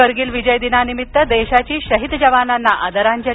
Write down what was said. करगिल विजय दिनानिमित्त देशाची शहीद जवानांना आदरांजली